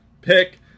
pick